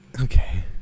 Okay